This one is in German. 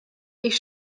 ich